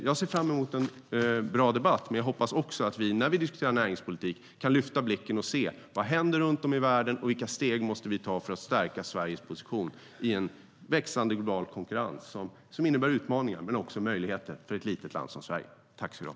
Jag ser fram emot en bra debatt, men jag hoppas att vi när vi diskuterar näringspolitik också kan lyfta blicken och se vad som händer runt om i världen och vilka steg vi måste ta för att stärka Sveriges position i en växande global konkurrens som innebär utmaningar men också möjligheter för ett litet land som Sverige.